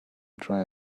dry